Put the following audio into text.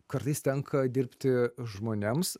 kartais tenka dirbti žmonėms